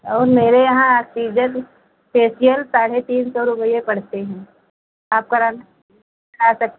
और मेरे यहाँ सीजन फेसियल साढ़े तीन सौ रूपयै पड़ते हैं आप कराना करा सकती हैं